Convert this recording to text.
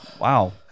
wow